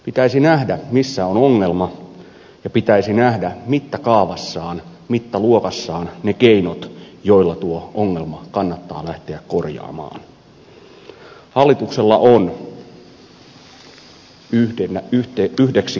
pitäisi nähdä missä on ongelma ja pitäisi nähdä mittakaavassaan mittaluokassaan ne keinot joilla tuo ongelma kannattaa lähteä korjaamaan